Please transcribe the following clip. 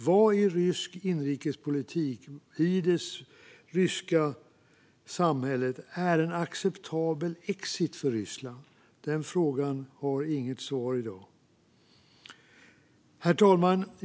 Vad, mot bakgrund av rysk inrikespolitik och det ryska samhället, är en acceptabel exit för Ryssland? Den frågan har inget svar i dag. Herr talman!